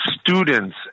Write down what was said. students